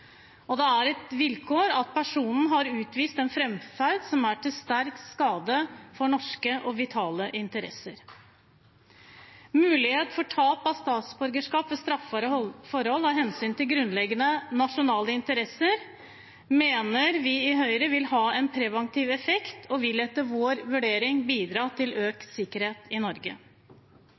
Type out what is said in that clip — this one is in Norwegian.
Det er da et vilkår at personen har utvist en framferd som er til sterk skade for norske vitale interesser. Mulighet for tap av statsborgerskap ved straffbare forhold av hensyn til grunnleggende nasjonale interesser mener vi i Høyre vil ha en preventiv effekt, og det vil etter vår vurdering bidra til økt sikkerhet i Norge.